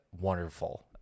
wonderful